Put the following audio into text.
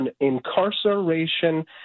incarceration